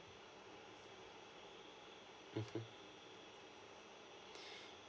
mm